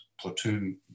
platoon